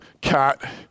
cat